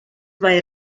mae